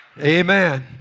amen